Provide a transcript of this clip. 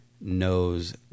knows